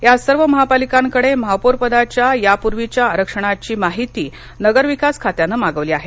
या सर्व महापालिकांकडे महापौरपदाच्या यापूर्वीच्या आरक्षणाची माहिती नगरविकास खात्यानं मागविली आहे